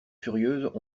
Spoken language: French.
furieuses